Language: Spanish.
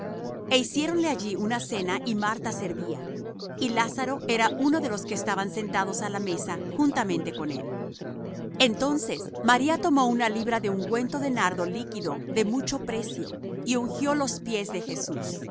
e hiciéronle allí una cena y marta servía y lázaro era uno de los que estaban sentados á la mesa juntamente con él entonces maría tomó una libra de ungüento de nardo líquido de mucho precio y ungió los pies de jesús